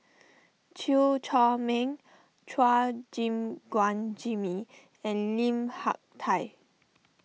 Chew Chor Meng Chua Gim Guan Jimmy and Lim Hak Tai